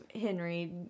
Henry